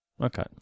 Okay